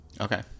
Okay